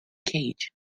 cage